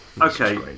okay